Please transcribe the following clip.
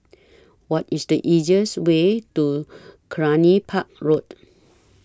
What IS The easiest Way to Cluny Park Road